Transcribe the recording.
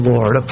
Lord